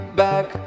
back